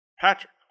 Patrick